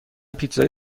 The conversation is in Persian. پیتزای